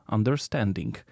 Understanding